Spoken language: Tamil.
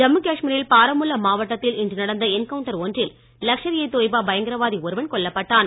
ஜம்மு காஷ்மீரில் பாரமுல்லா மாவட்டத்தில் இன்று நடந்த என்கவுண்டர் ஒன்றில் லக்ஷர்இ தொய்பா பயங்கரவாதி ஒருவன் கொல்லப்பட்டான்